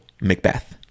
Macbeth